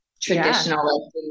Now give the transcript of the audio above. traditional